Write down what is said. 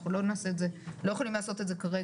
אנחנו לא יכולים לעשות את זה כרגע.